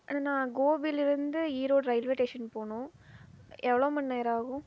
அண்ணா நான் கோபியிலிருந்து Erode railway station போகணும் எவ்வளோ மணி நேரம் ஆகும்